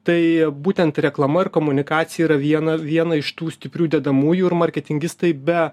tai būtent reklama ir komunikacija yra viena viena iš tų stiprių dedamųjų ir marketingistai be